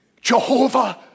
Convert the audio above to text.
Jehovah